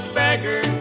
beggar